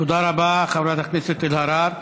תודה רבה, חברת הכנסת אלהרר.